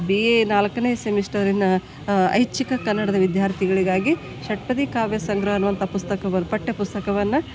B A ನಾಲ್ಕನೇ ಸೆಮಿಸ್ಟರಿನ ಐಚ್ಛಿಕ ಕನ್ನಡದ ವಿದ್ಯಾರ್ಥಿಗಳಿಗಾಗಿ ಷಟ್ಪದಿ ಕಾವ್ಯಸಂಗ್ರಹ ಅನ್ನುವಂಥ ಪುಸ್ತಕ ಬರ್ ಪಠ್ಯಪುಸ್ತಕವನ್ನು